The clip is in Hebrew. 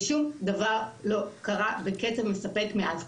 ושום דבר לא קרה בקצב מספק מאז,